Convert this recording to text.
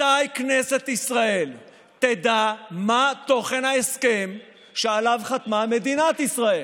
מתי כנסת ישראל תדע מה תוכן ההסכם שעליו חתמה מדינת ישראל?